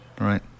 Right